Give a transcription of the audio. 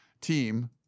team